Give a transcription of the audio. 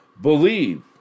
believe